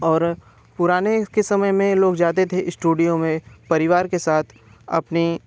और पुराने के समय में लोग जाते थे इश्टूडियो में परिवार के साथ अपनी